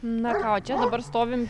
na ką o čia dabar stovim